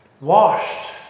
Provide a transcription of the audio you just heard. Washed